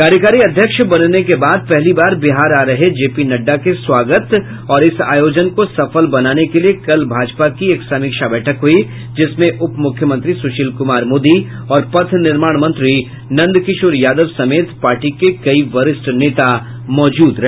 कार्यकारी अध्यक्ष बनने के बाद पहली बार बिहार आ रहे जेपी नड्डा के स्वागत और आयोजन का सफल बनाने के लिये कल भाजपा की एक समीक्षा बैठक हुयी जिसमें उपमुख्यमंत्री सुशील कुमार मोदी और पथ निर्माण मंत्री नंदकिशोर यादव समेत पार्टी के कई वरिष्ठ नेता मौजूद रहे